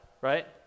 right